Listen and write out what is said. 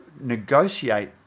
negotiate